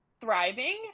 thriving